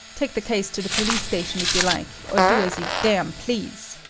take the case to the police station if you like, or do as you damn please,